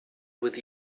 with